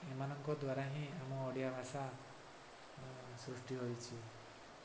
ଏମାନଙ୍କ ଦ୍ୱାରା ହିଁ ଆମ ଓଡ଼ିଆ ଭାଷା ସୃଷ୍ଟି ହୋଇଛି